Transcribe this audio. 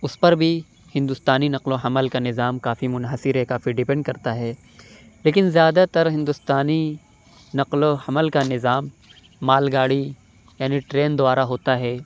اُس پر بھی ہندوستانی نقل و حمل کا نظام کافی منحصر ہے کافی ڈپینڈ کرتا ہے لیکن زیادہ تر ہندوستانی نقل و حمل کا نِظام مال گاڑی یعنی ٹرین دوارا ہوتا ہے